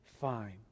Fine